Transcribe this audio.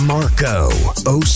Marco